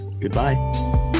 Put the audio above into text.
Goodbye